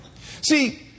See